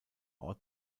ort